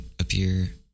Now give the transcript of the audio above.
appear